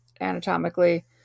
anatomically